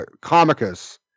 Comicus